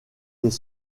des